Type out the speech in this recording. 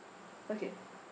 okay